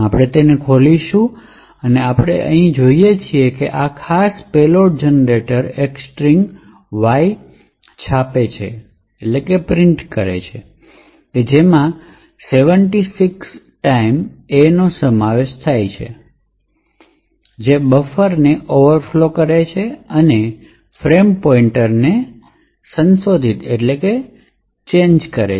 આપણે તેને ખોલીશું અને આપણે અહીં જોઈએ છીએ કે આ ખાસ પેલોડ જનરેટર એક સ્ટ્રીંગ Y છાપે છે જેમાં 76 A નો સમાવેશ થાય છે જે બફરને ઓવરફ્લો કરે છે અને ફ્રેમ પોઇન્ટરને સંશોધિત કરે છે